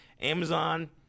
Amazon